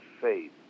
faith